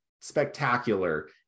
spectacular